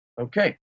Okay